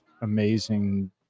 amazing